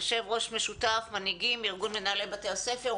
יושבת-ראש משותפת מנהיגים ארגון מנהלי בתי הספר.